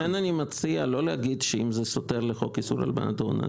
לכן אני מציע לא להגיד "אם זה סותר את חוק איסור הלבנת הון".